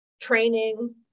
training